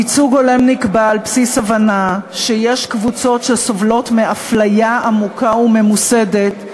ייצוג הולם נקבע על בסיס הבנה שיש קבוצות שסובלות מאפליה עמוקה וממוסדת,